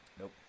Nope